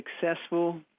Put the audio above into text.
successful